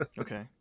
Okay